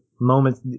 moments